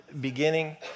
beginning